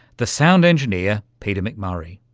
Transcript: the sound engineer peter mcmurray.